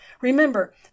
Remember